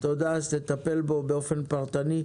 תודה יוסי, אז תטפל בו באופן פרטני.